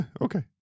okay